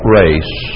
race